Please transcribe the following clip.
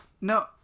no